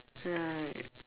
right